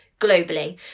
globally